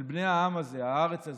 של בני העם הזה, הארץ הזאת,